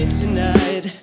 tonight